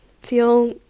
feel